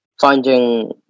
finding